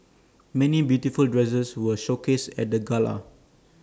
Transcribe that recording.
many beautiful dresses were showcased at the gala